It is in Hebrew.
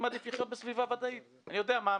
מעדיף לחיות בסביבה ודאית: אני יודע מה המחירים,